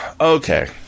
Okay